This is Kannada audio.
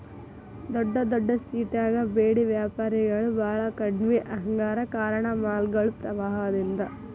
ದೊಡ್ಡದೊಡ್ಡ ಸಿಟ್ಯಾಗ ಬೇಡಿ ವ್ಯಾಪಾರಿಗಳು ಬಾಳ ಕಡ್ಮಿ ಆಗ್ಯಾರ ಕಾರಣ ಮಾಲ್ಗಳು ಪ್ರಭಾವದಿಂದ